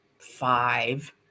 Five